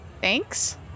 thanks